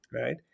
right